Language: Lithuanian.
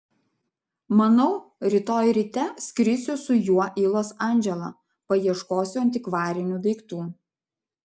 manau rytoj ryte skrisiu su juo į los andželą paieškosiu antikvarinių daiktų